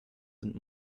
sind